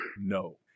No